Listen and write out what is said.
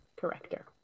corrector